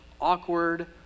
awkward